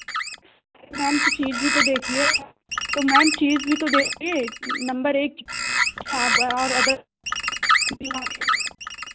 ma'am तो चीज़ भी तो देखिए आप तो मैम चीज़ भी तो देखिए नम्बर एक आप और अदर